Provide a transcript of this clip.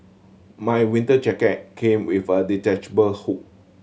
my winter jacket came with a detachable hood